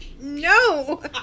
No